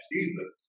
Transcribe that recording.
Jesus